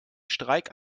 streik